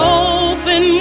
open